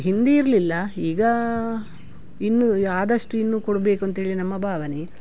ಹಿಂದೆ ಇರಲಿಲ್ಲ ಈಗ ಇನ್ನೂ ಆದಷ್ಟು ಇನ್ನೂ ಕೊಡಬೇಕು ಅಂತೇಳಿ ನಮ್ಮ ಭಾವನೆ